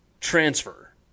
transfer